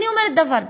אני אומרת דבר פשוט: